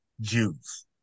Jews